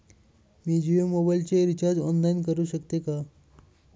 मी जियो मोबाइलचे recharge online करू शकते का?